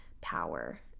power